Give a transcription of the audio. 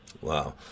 Wow